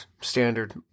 standard